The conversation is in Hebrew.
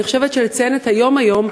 אני חושבת שלציין היום את היום,